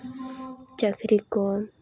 ᱪᱟᱹᱠᱨᱤ ᱠᱚ